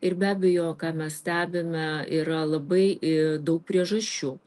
ir be abejo ką mes stebime yra labai daug priežasčių